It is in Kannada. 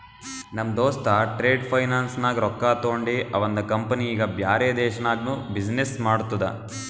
ನಮ್ ದೋಸ್ತ ಟ್ರೇಡ್ ಫೈನಾನ್ಸ್ ನಾಗ್ ರೊಕ್ಕಾ ತೊಂಡಿ ಅವಂದ ಕಂಪನಿ ಈಗ ಬ್ಯಾರೆ ದೇಶನಾಗ್ನು ಬಿಸಿನ್ನೆಸ್ ಮಾಡ್ತುದ